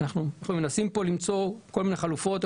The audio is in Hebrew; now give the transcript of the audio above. אנחנו מנסים למצוא כל מיני חלופות.